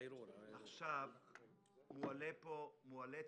מועלית הצעה,